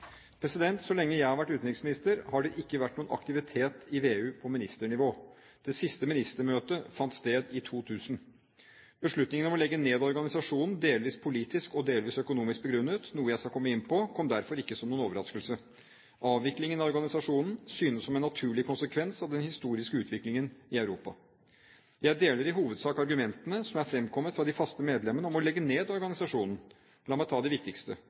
Så lenge jeg har vært utenriksminister, har det ikke vært noen aktivitet i VEU på ministernivå. Det siste ministermøtet fant sted i 2000. Beslutningen om å legge ned organisasjonen – delvis politisk og delvis økonomisk begrunnet, noe jeg skal komme inn på – kom derfor ikke som noen overraskelse. Avvikling av organisasjonen synes som en naturlig konsekvens av den historiske utviklingen i Europa. Jeg deler i hovedsak argumentene som er fremkommet fra de faste medlemmene om å legge ned organisasjonen. La meg ta de viktigste: